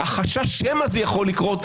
החשש שמא זה יכול לקרות,